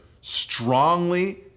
strongly